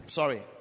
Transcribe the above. sorry